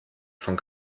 von